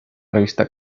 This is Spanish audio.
revista